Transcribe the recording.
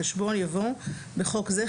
החשבון)" יבוא "(בחוק זה,